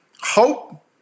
Hope